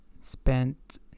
spent